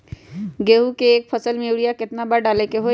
गेंहू के एक फसल में यूरिया केतना बार डाले के होई?